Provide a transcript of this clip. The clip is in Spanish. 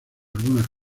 algunas